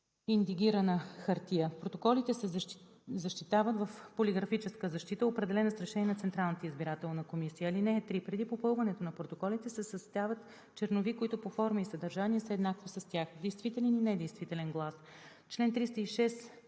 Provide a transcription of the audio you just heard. Протоколите се защитават с полиграфическа защита, определена с решение на Централната избирателна комисия. (3) Преди попълването на протоколите се съставят чернови, които по форма и съдържание са еднакви с тях. Действителен и недействителен глас